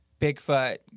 Bigfoot